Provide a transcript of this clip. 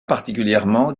particulièrement